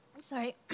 sorry